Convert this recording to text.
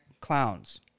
clowns